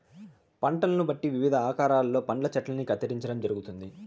పంటలను బట్టి వివిధ ఆకారాలలో పండ్ల చెట్టల్ని కత్తిరించడం జరుగుతుంది